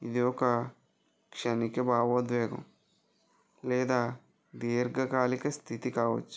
ఇది ఒక క్షణిక భావోద్వేగం లేదా దీర్ఘకాలిక స్థితి కావచ్చు